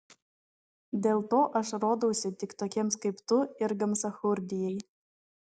dėl to aš rodausi tik tokiems kaip tu ir gamsachurdijai